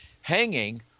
hanging